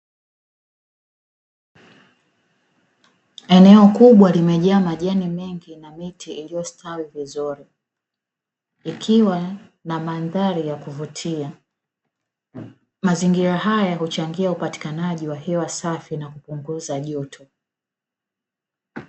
Eneo kubwa limejaa majani mengi na miti iliyostawi vizuri, ikiwa na mandhari ya kuvutia. Mazingira haya huchangia upatikanaji wa hewa safi na kupunguza joto.